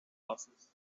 losses